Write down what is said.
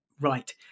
right